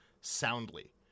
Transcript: soundly